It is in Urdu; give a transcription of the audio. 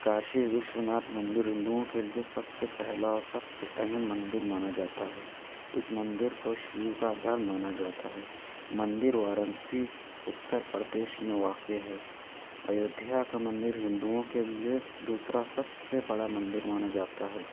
کاشی وشوناتھ مندر ہندوؤں کے جو سب سے پہلا اور سب سے اہم مندر مانا جاتا ہے اس مندر کو شیو کا گھر مانا جاتا ہے مندر وارانسی اتر پردیش میں واقع ہے ایودھیا کا مندر ہندوؤں کے لیے دوسرا سب سے بڑا مندر مانا جاتا ہے